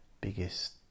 biggest